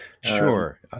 Sure